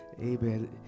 Amen